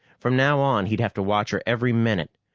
from now on, he'd have to watch her every minute.